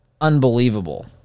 unbelievable